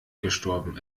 gestorben